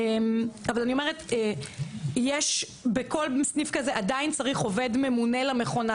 אני אומרת יש בכל סניף כזה עדיין צריך עובד ממונה למכונה.